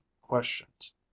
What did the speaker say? questions